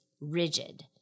rigid